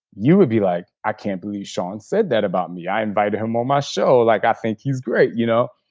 you would be like, i can't believe shaun said that about me. i invited him on my show. like i think he's great. you know